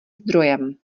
zdrojem